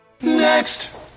Next